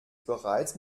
bereits